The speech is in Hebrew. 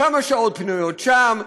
כמה שעות פנויות שם,